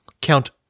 Count